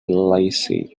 lacey